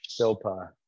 Silpa